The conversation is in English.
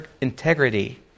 integrity